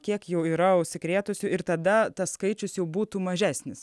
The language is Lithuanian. kiek jau yra užsikrėtusių ir tada tas skaičius jau būtų mažesnis